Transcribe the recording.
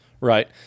Right